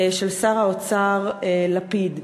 של שר האוצר לפיד.